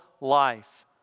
life